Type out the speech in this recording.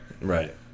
Right